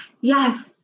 Yes